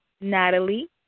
Natalie